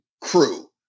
crew